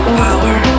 power